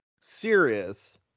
serious